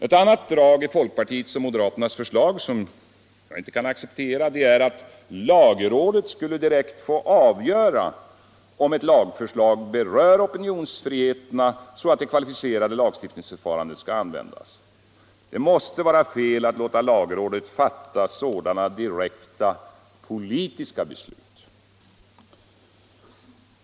Ett annat drag i folkpartiets och moderaternas förslag som jag inte kan acceptera är att lagrådet skulle direkt få avgöra om ett lagförslag berör opinionsfriheterna, så att det kvalificerade lagstiftningsförfarandet skall användas. Det måste vara fel att låta lagrådet fatta sådana direkta politiska beslut.